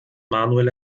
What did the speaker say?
manuel